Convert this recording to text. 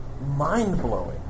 mind-blowing